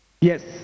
Yes